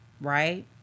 right